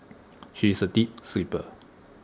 she is A deep sleeper